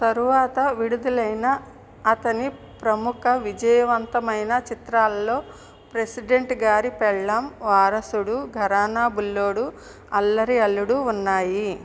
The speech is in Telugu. తరువాత విడుదలైన అతని ప్రముఖ విజయవంతమైన చిత్రాలలో ప్రెసిడెంట్ గారి పెల్లం వారసుడు ఘరానా బుల్లోడు అల్లరి అల్లుడు ఉన్నాయి